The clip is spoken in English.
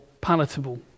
palatable